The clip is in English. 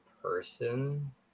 person